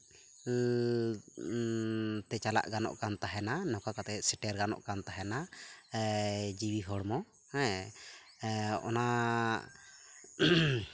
ᱛᱮ ᱪᱟᱞᱟᱜ ᱜᱟᱱᱚᱜ ᱠᱟᱱ ᱛᱟᱦᱮᱱᱟ ᱱᱚᱝᱠᱟ ᱠᱟᱛᱮᱫ ᱥᱮᱴᱮᱨ ᱜᱟᱱᱚᱜ ᱠᱟᱱ ᱛᱟᱦᱮᱱᱟ ᱡᱤᱣᱤ ᱦᱚᱲᱢᱚ ᱦᱮᱸ ᱚᱱᱟ